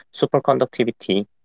superconductivity